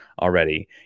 already